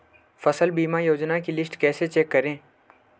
फसल बीमा योजना की लिस्ट कैसे चेक करें?